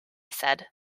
said